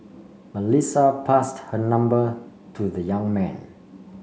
Melissa passed her number to the young man